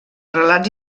relats